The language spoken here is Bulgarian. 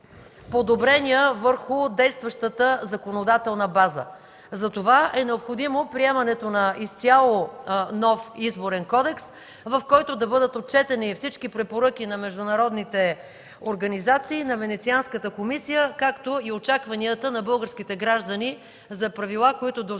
подобрения върху действащата законодателна база. Затова е необходимо приемането на изцяло нов Изборен кодекс, в който да бъдат отчетени всички препоръки на международните организации, на Венецианската комисия, както и очакванията на българските граждани за правила, които да осигуряват